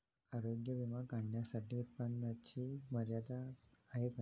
आरोग्य विमा काढण्यासाठी उत्पन्नाची मर्यादा आहे का?